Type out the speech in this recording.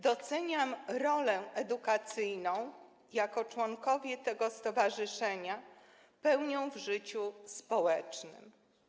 Doceniam rolę edukacyjną, jaką członkowie tego stowarzyszenia pełnią w życiu społecznym.